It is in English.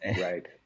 right